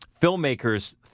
filmmakers